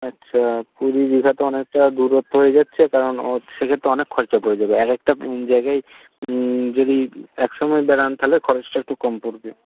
আচ্ছা পুরী দিঘা তো অনেকটা দূরত্ব হয়ে যাচ্ছে কারণ সেক্ষেত্রে অনেক খরচা পড়ে যাবে এক একটা জায়গায় যদি একসঙ্গে বেড়ান তাহলে খরচটা একটু কম পড়বে